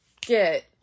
get